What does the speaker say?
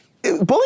Bullying